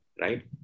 right